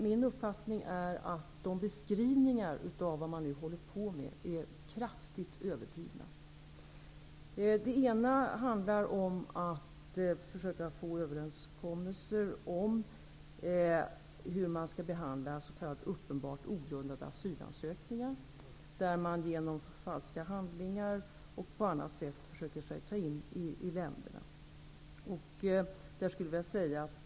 Min uppfattning är att beskrivningarna av hur det går till är kraftigt överdrivna. Å ena sidan handlar det om att försöka nå överenskommelser om hur man skall handla vid uppenbart ogrundad asylansökan, där man genom förfalskade handlingar eller på annat sätt försöker att ta sig in i länderna.